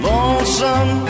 Lonesome